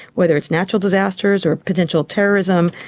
whether it's natural disasters or a potential terrorism,